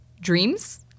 dreams